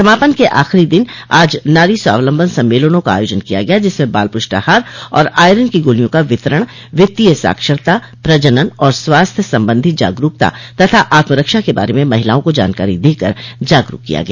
समापन के आखिरी दिन आज नारी स्वावलम्बन सम्मेलनों का आयोजन किया गया जिसमें बाल पुष्टाहार और आयरन की गोलियों का वितरण वित्तीय साक्षरता प्रजनन और स्वास्थ्य संबंधी जागरूकता तथा आत्मरक्षा के बारे में महिलाओं को जानकारी देकर जागरूक किया गया